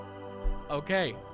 Okay